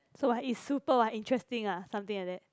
so what is super !wah! interesting ah something like that